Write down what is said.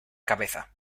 cabeza